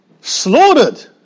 Slaughtered